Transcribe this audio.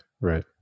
Right